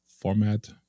format